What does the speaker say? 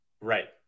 right